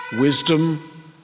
wisdom